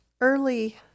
early